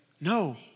No